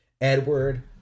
Edward